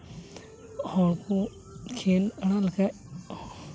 ᱦᱚᱲ ᱠᱚ ᱠᱷᱮᱞ ᱮᱢᱟᱱ ᱞᱮᱠᱷᱟᱱ